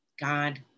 God